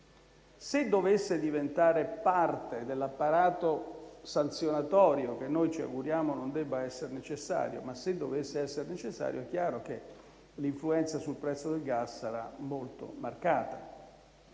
Se dovesse diventare parte dell'apparato sanzionatorio - noi ci auguriamo che non debba essere necessario - è chiaro che l'influenza sul prezzo del gas sarà molto marcata: